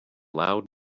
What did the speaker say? loud